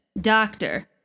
doctor